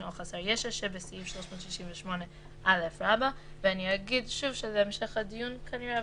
או חסר ישע" שבסעיף 368א." ואני אגיד שוב שבהמשך הדיון כנראה,